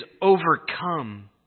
overcome